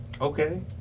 Okay